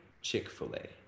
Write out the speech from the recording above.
chick-fil-a